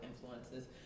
influences